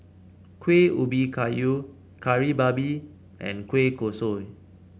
Kuih Ubi Kayu Kari Babi and Kueh Kosui